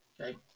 okay